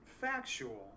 factual